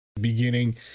beginning